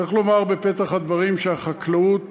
צריך לומר בפתח הדברים שהחקלאות